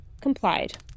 complied